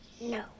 No